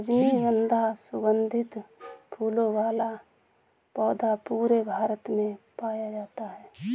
रजनीगन्धा सुगन्धित फूलों वाला पौधा पूरे भारत में पाया जाता है